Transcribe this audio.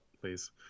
please